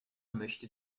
möchte